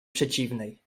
przeciwnej